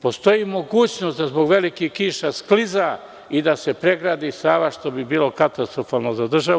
Postoji mogućnost da zbog velikih kiša skliza i da se pregradi Sava, što bi bilo katastrofalno za državu.